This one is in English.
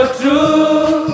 true